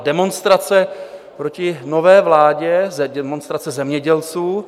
Demonstrace proti nové vládě, demonstrace zemědělců.